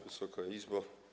Wysoka Izbo!